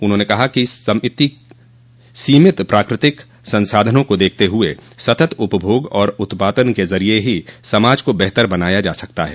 उन्होंने कहा कि सीमित प्राकृ तिक संसाधनों को देखते हुए सतत उपभोग और उत्पादन के जरिये ही समाज को बेहतर बनाया जा सकता है